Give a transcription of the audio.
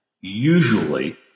usually